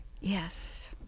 Yes